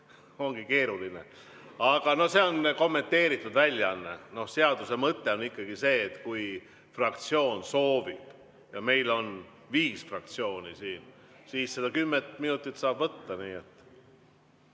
ongi keeruline. Aga no see on kommenteeritud väljaanne. Seaduse mõte on ikkagi see, et kui fraktsioon soovib – ja meil on viis fraktsiooni siin –, siis seda kümmet minutit saab võtta.